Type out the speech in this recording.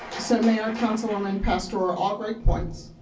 so, mayor, councilwoman pastor, all great points.